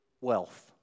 wealth